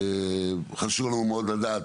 חשוב לנו מאוד לדעת,